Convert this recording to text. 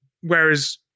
Whereas